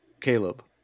Caleb